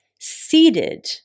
seated